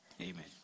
Amen